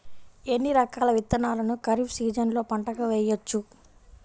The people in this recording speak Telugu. ఎన్ని రకాల విత్తనాలను ఖరీఫ్ సీజన్లో పంటగా వేయచ్చు?